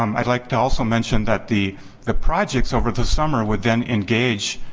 um i'd like to also mention that the the projects over the summer would then engage